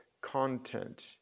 content